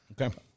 Okay